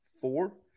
four